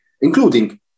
including